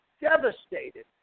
devastated